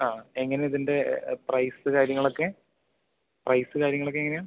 ആ എങ്ങനെയാണ് ഇതിൻ്റെ പ്രൈസ് കാര്യങ്ങളൊക്കെ പ്രൈസ് കാര്യങ്ങളൊക്കെ എങ്ങനെയാണ്